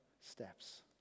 steps